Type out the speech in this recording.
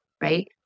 right